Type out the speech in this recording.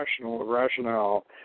rationale